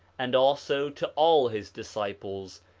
and also to all his disciples,